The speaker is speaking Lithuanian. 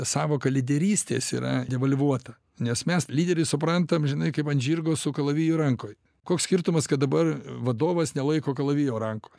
sąvoka lyderystės yra devalvuota nes mes lyderį suprantam amžinai kaip ant žirgo su kalaviju rankoj koks skirtumas kad dabar vadovas nelaiko kalavijo rankoj